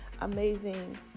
amazing